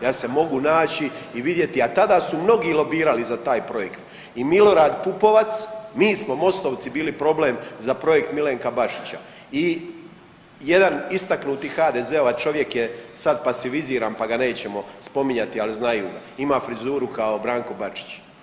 Ja se mogu naći i vidjeti, a tada su mnogi lobirali za taj projekt i Milorad Pupovac mi smo Mostovci bili problem za projekt Milenka Bašića i jedan istaknuti HDZ-ovac čovjek je sad pasiviziran pa ga nećemo spominjati, ali znaju ima frizuru kao Branko Bačić.